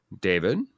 David